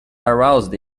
aroused